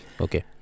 okay